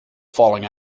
falling